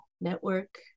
network